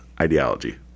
ideology